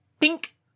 pink